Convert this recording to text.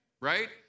right